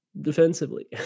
defensively